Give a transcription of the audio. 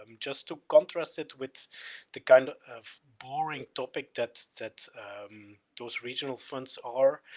um just to contrast it with the kind of boring topic that, that those regional fronts are,